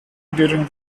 during